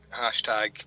hashtag